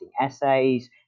essays